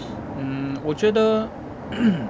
hmm 我觉得